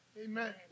Amen